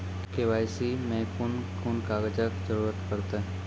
KYC मे कून कून कागजक जरूरत परतै?